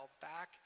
back